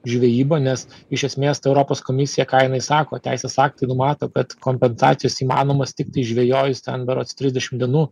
žvejyba nes iš esmės tai europos komisija ką jinai sako teisės aktai numato kad kompensacijos įmanomos tiktai žvejojus ten berods trisdešim dienų